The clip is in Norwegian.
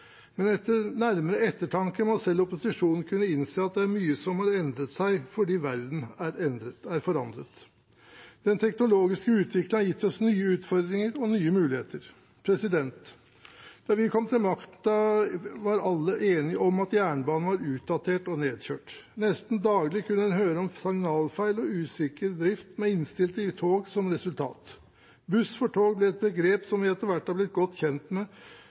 Men etter nærmere ettertanke må selv opposisjonen kunne innse at det er mye som har endret seg fordi verden er forandret. Den teknologiske utviklingen har gitt oss nye utfordringer og nye muligheter. Da vi kom til makten, var alle enige om at jernbanen var utdatert og nedkjørt. Nesten daglig kunne en høre om signalfeil og usikker drift med innstilte tog som resultat. Buss for tog ble et begrep vi etter hvert har blitt godt kjent med.